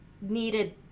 needed